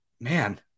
man